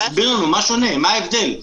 תסביר לנו מה שונה, מה ההבדל?